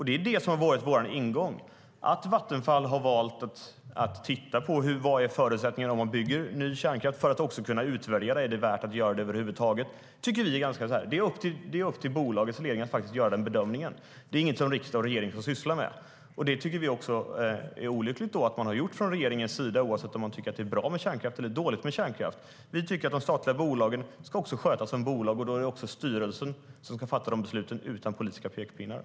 Det är det som har varit vår ingång.